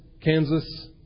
Kansas